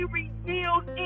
revealed